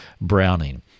Browning